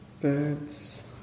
birds